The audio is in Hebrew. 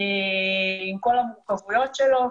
לבדוק את כל המורכבויות שלו.